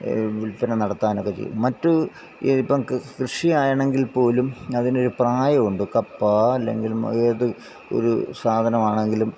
വിൽപ്പന നടത്താനൊക്കെ ചെയ്യും മറ്റു ഇപ്പം കൃഷിയാണെങ്കിൽ പോലും അതിനൊരു പ്രായം ഉണ്ട് കപ്പ അല്ലെങ്കിൽ ഏത് ഒരു സാധനം ആണെങ്കിലും